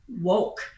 woke